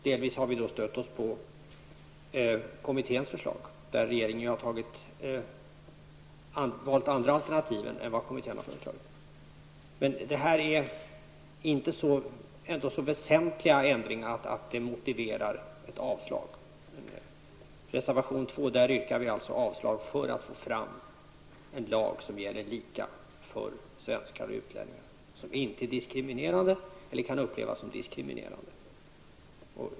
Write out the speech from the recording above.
Delvis har vi stött oss på kommitténs förslag, där regeringen har valt andra alternativ än vad kommittén har föreslagit. Det här är ändå inte så väsentliga ändringar att det motiverar ett avslag. I reservation 2 yrkar vi avslag för att få fram en lag som gäller lika för svenskar och utlänningar, som inte är diskriminerande eller kan upplevas som diskriminerande.